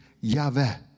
Yahweh